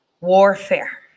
Warfare